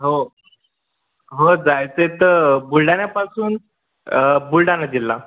हो हो जायचं आहे तर बुलढाण्यापासून बुलढाणा जिल्हा